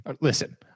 listen